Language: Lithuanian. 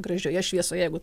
gražioje šviesoje jeigu